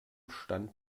stand